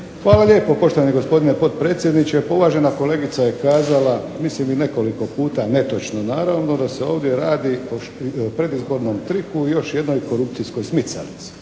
Hvala lijepo poštovani gospodine potpredsjedniče. Pa uvažena kolegica je kazala, mislim i nekoliko puta netočno naravno da se ovdje radi o predizbornom triku i još jednoj korupcijskoj smicalici.